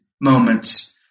moments